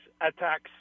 attacks